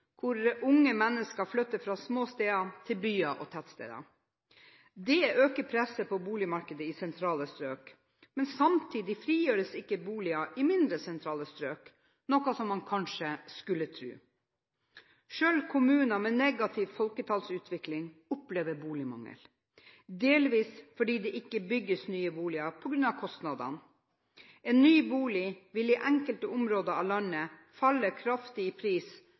hvor unge mennesker flytter fra små steder til byer og tettsteder. Det øker presset på boligmarkedet i sentrale strøk, men samtidig frigjøres ikke boliger i mindre sentrale strøk, som en kanskje skulle tro. Selv kommuner med negativ folketallsutvikling opplever boligmangel, delvis fordi det ikke bygges nye boliger på grunn av kostnadene. En ny bolig vil i enkelte områder av landet falle kraftig i pris